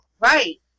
Right